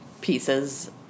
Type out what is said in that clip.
pieces